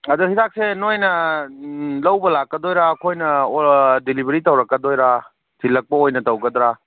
ꯑꯗꯣ ꯍꯤꯗꯥꯛꯁꯦ ꯅꯣꯏꯅ ꯂꯧꯕ ꯂꯥꯛꯀꯗꯣꯏꯔꯥ ꯑꯩꯈꯣꯏꯅ ꯗꯤꯂꯤꯕꯔꯤ ꯇꯧꯔꯛꯀꯗꯣꯏꯔꯥ ꯊꯤꯜꯂꯛꯄ ꯑꯣꯏꯅ ꯇꯧꯒꯗ꯭ꯔ